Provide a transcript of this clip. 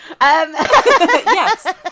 yes